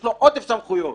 יש לו עודף סמכויות,